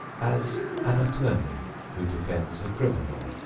as an attorney who defends a criminal,